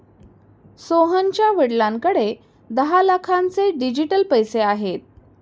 सोहनच्या वडिलांकडे दहा लाखांचे डिजिटल पैसे आहेत